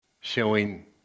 showing